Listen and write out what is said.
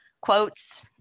quotes